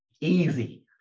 easy